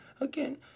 again